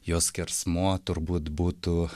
jos skersmuo turbūt būtų